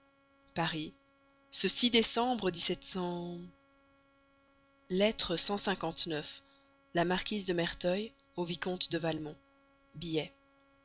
paris ceci décembre lettre cent la marquise de merteuil au vicomte de valmont billet